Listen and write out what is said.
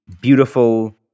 beautiful